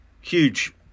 huge